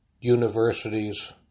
universities